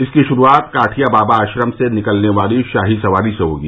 इसकी शुरूआत काठिया बाबा आश्रम से निकलने वाली शाही सवारी से होगी